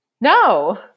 No